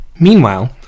Meanwhile